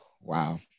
wow